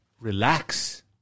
relax